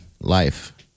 life